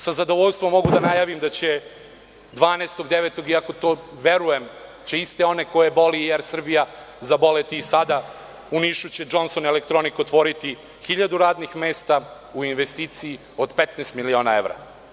Sa zadovoljstvom mogu da najavim da će 12. septembra, iako verujem da će iste one koje boli „Er Srbija“ zaboleti i sada, u Nišu će „Džonson elektronik“ otvoriti 1.000 radnih mesta u investiciji od 15 miliona evra.